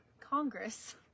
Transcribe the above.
Congress